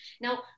Now